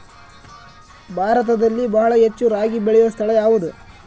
ಭಾರತದಲ್ಲಿ ಬಹಳ ಹೆಚ್ಚು ರಾಗಿ ಬೆಳೆಯೋ ಸ್ಥಳ ಯಾವುದು?